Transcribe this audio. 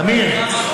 עמיר,